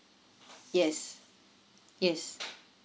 yes yes